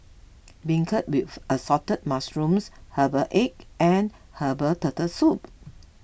Beancurd with Assorted Mushrooms Herbal Egg and Herbal Turtle Soup